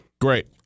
Great